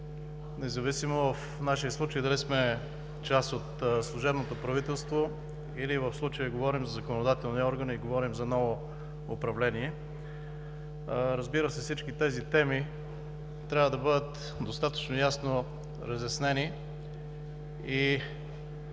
независимо – в нашия случай, дали сме част от служебното правителство или – в случая, говорим за законодателни органи и за ново управление. Разбира се, всички тези теми трябва да бъдат достатъчно ясно разяснени и